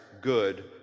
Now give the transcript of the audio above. good